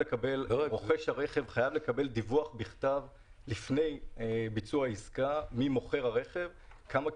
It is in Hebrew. רוכש הרכב חייב לקבל דיווח בכתב לפני ביצוע העסקה ממוכר הרכב על כך.